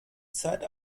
zeit